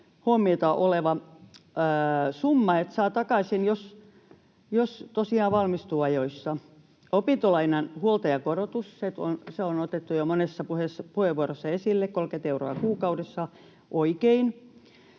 huomattava summa — sen saa takaisin, jos tosiaan valmistuu ajoissa. Opintolainan huoltajakorotuksen korotus — se on otettu jo monessa puheenvuorossa esille, 30 euroa kuukaudessa — on oikein.